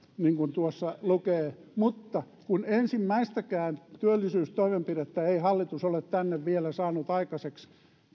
niin kuin tuossa lukee mutta kun ensimmäistäkään työllisyystoimenpidettä ei hallitus ole tänne vielä saanut aikaiseksi